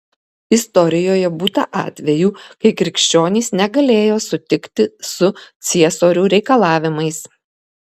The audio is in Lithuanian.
istorijoje būta atvejų kai krikščionys negalėjo sutikti su ciesorių reikalavimais